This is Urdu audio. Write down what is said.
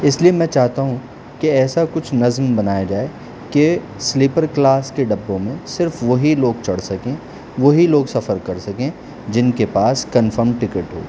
اس لیے میں چاہتا ہوں کہ ایسا کچھ نظم بنایا جائے کہ سلیپر کلاس کے ڈبوں میں صرف وہی لوگ چڑھ سکیں وہی لوگ سفر کر سکیں جن کے پاس کنفرم ٹکٹ ہو